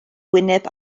wyneb